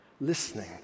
listening